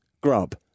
grub